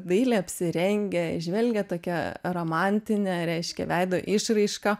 dailiai apsirengę žvelgia tokia romantine reiškia veido išraiška